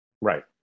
Right